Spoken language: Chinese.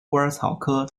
虎耳草科